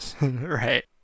Right